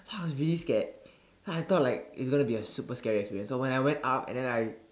so I was really scared I thought like it's going to be a super scary experience so when I went up and then I